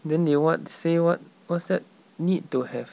then they what say what what's that need to have